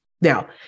Now